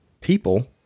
people